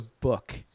book